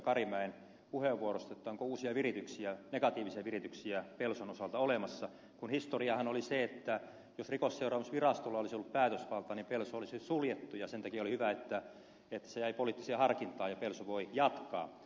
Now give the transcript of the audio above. karimäen puheenvuorosta onko uusia virityksiä negatiivisia virityksiä pelson osalta olemassa kun historiahan oli se että jos rikosseuraamusvirastolla olisi ollut päätösvaltaa niin pelso olisi suljettu ja sen takia oli hyvä että se jäi poliittiseen harkintaan ja pelso voi jatkaa